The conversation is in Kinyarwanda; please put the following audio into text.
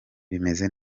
bimeze